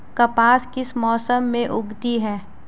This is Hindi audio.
कपास किस मौसम में उगती है?